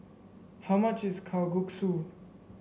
how much is Kalguksu